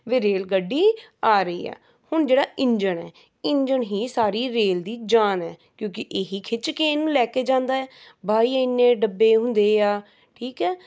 ਵੀ rail ਗੱਡੀ ਆ ਰਹੀ ਆ ਹੁਣ ਜਿਹੜਾ ਇੰਜਣ ਹੈ ਇੰਜਣ ਹੀ ਸਾਰੀ ਰੇਲ ਦੀ ਜਾਨ ਹੈ ਕਿਉਂਕਿ ਇਹੀ ਖਿੱਚ ਕੇ ਇਹਨੂੰ ਲੈ ਕੇ ਜਾਂਦਾ ਹੈ ਬਾਈ ਇੰਨੇ ਡੱਬੇ ਹੁੰਦੇ ਆ ਠੀਕ ਹੈ